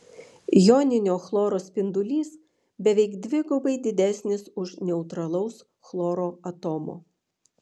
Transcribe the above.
joninio chloro spindulys beveik dvigubai didesnis už neutralaus chloro atomo